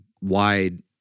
Wide